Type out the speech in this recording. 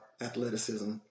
athleticism